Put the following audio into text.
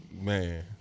Man